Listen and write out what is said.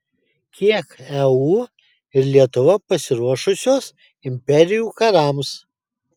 kiek eu ir lietuva pasiruošusios imperijų karams